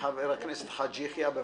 חבר הכנסת חאג' יחיא, בבקשה.